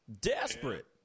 Desperate